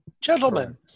Gentlemen